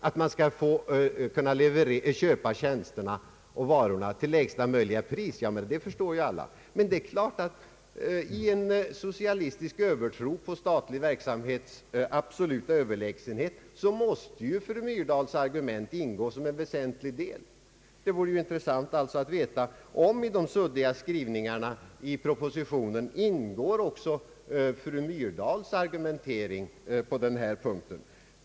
Att man bör kunna köpa tjänster och varor till lägsta möjliga pris, förstår ju alla. Vid en socialistisk övertro på statlig företagsamhets absoluta överlägsenhet måste fru Myrdals argument ingå som en väsentlig del. Det vore intressant att få veta om i de suddiga skrivningarna i propositionen ingår också fru Myrdals argumentering på den här punkten.